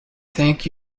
thank